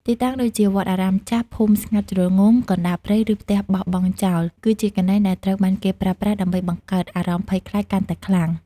ទីតាំងដូចជា វត្តអារាមចាស់ ភូមិស្ងាត់ជ្រងំ កណ្ដាលព្រៃ ឬផ្ទះបោះបង់ចោល គឺជាកន្លែងដែលត្រូវបានគេប្រើប្រាស់ដើម្បីបង្កើតអារម្មណ៍ភ័យខ្លាចកាន់តែខ្លាំង។